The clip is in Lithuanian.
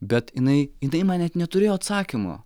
bet jinai jinai man net neturėjo atsakymo